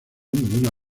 ninguna